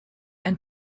and